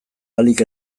ahalik